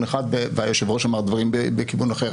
אחד והיושב-ראש אמר דברים בכיוון אחר,